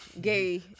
gay